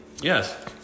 yes